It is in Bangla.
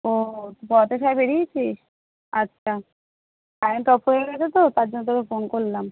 ও তুই পড়া থেকে বেরিয়েছিস আচ্ছা কারেন্ট অফ হয়ে গেছে তো তার জন্য তোকে ফোন করলাম